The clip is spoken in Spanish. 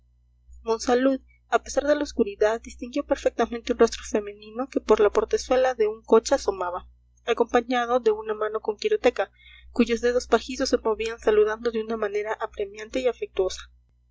monsalud a pesar de la oscuridad distinguió perfectamente un rostro femenino que por la portezuela de un coche asomaba acompañado de una mano con quiroteca cuyos dedos pajizos se movían saludando de una manera apremiante y afectuosa